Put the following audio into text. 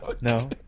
No